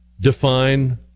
define